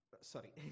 sorry